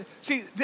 see